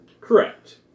Correct